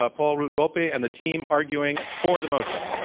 ah paul root wolpe and the team arguing for the motion.